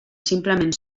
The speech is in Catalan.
simplement